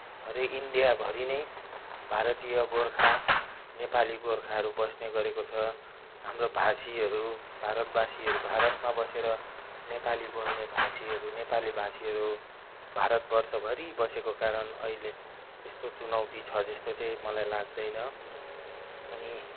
हरेक इन्डियाभरि नै भारतीय गोर्खा नेपाली गोर्खाहरू बस्नेगरेको छ हाम्रो भाषीहरू भारतबासीहरू भारतमा बसेर नेपाली बोल्ने भाषीहरू नेपालीभाषीहरू भारतवर्षभरि बसेको कारण अहिले यस्तो चुनौती छ जस्तो चाहिँ मलाई लाग्दैन अनि